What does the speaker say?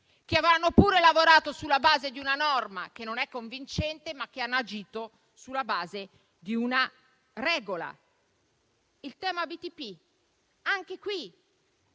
che avranno pure lavorato sulla base di una norma che non è convincente, ma che hanno agito sulla base di una regola. Per quanto